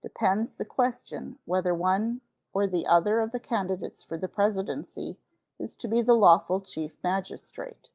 depends the question whether one or the other of the candidates for the presidency is to be the lawful chief magistrate.